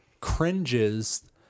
cringes